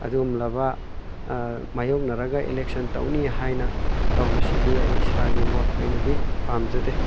ꯑꯗꯨꯒꯨꯝꯂꯕ ꯃꯥꯏꯌꯣꯛꯅꯔꯒ ꯏꯂꯦꯛꯁꯟ ꯇꯧꯅꯤ ꯍꯥꯏꯅ ꯇꯧꯕꯁꯤꯗꯤ ꯑꯩ ꯏꯁꯥꯒꯤ ꯃꯣꯠ ꯑꯣꯏꯅꯗꯤ ꯄꯥꯝꯖꯗꯦ